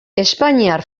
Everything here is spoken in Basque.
espainiar